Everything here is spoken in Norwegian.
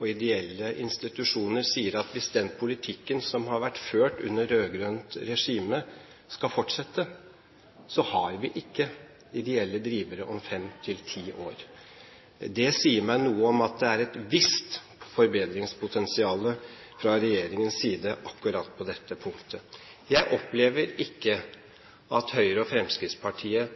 og ideelle institusjoner, sier at hvis den politikken som har vært ført under rød-grønt regime, skal fortsette, har vi ikke ideelle drivere om fem til ti år. Det sier meg noe om at det er et visst forbedringspotensial fra regjeringens side på akkurat dette punktet. Jeg opplever ikke at Høyre og Fremskrittspartiet